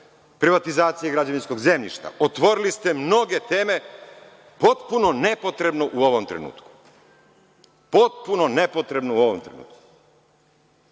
privatizaciji građevinskog zemljišta. Otvorili ste mnoge teme potpuno nepotrebno u ovom trenutku, potpuno nepotrebno. Ako je